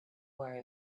worry